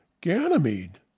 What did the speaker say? Ganymede